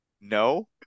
no